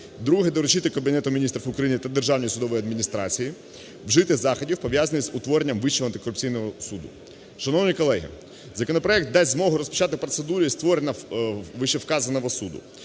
Друге. Доручити Кабінету Міністрів України та Державній судовій адміністрації вжити заходів, пов'язаних з утворенням Вищого антикорупційного суду. Шановні колеги, законопроект дасть змогу розпочати процедуру створення вищевказаного суду.